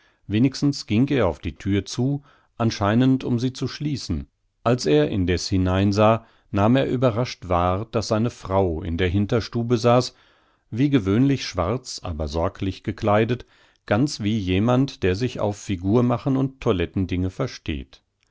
wenigstens ging er auf die thür zu anscheinend um sie zu schließen als er indeß hineinsah nahm er überrascht wahr daß seine frau in der hinterstube saß wie gewöhnlich schwarz aber sorglich gekleidet ganz wie jemand der sich auf figurmachen und toilettendinge versteht